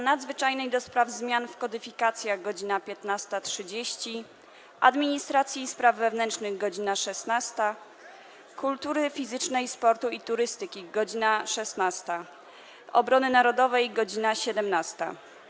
Nadzwyczajnej do spraw zmian w kodyfikacjach - godz. 15.30, - Administracji i Spraw Wewnętrznych - godz. 16, - Kultury Fizycznej, Sportu i Turystyki - godz. 16, - Obrony Narodowej - godz. 17.